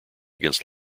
against